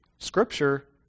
Scripture